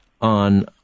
on